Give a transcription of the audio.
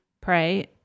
pray